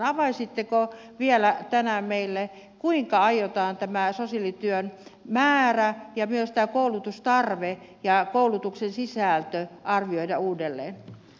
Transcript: avaisitteko vielä tänään meille kuinka aiotaan tämä sosiaalityön määrä ja myös tämä koulutustarve ja koulutuksen sisältö arvioida uudelleen